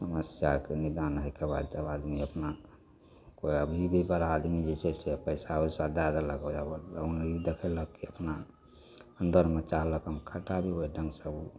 समस्याके निदान होइके बाद जब आदमी अपना कोइ अभी भी बड़ा आदमी जे छै से पैसा वैसा दए देलक ओकरा बस दौनी देखलक एतना अन्दरमे चाहलक हम खटब ओहि ढङ्गसँ ओ